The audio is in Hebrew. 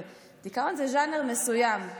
דיכאון זה ז'אנר מסוים,